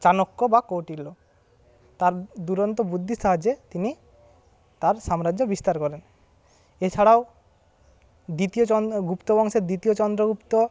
চানক্য বা কৌটিল্য তাঁর দুরন্ত বুদ্ধির সাহায্যে তিনি তাঁর সাম্রাজ্য বিস্তার করেন এছারাও দ্বিতীয় চন্দ্র গুপ্ত বংশের দ্বিতীয় চন্দ্রগুপ্ত